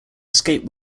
escape